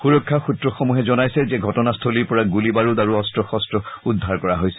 সুৰক্ষা সূত্ৰসমূহে জনাইছে যে ঘটনাস্থলীৰ পৰা গুলী বাৰুদ আৰু অস্ত্ৰ শস্ত্ৰ উদ্ধাৰ কৰা হৈছে